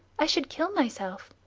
i should kill myself.